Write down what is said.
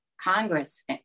Congress